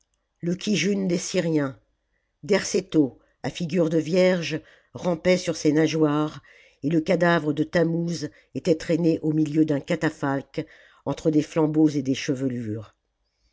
le kijun des syriens derceto à figure de vierge rampait sur ses nageoires et le cadavre de tammouz était traîné au milieu d'un catafalque entre des flambeaux et des chevelures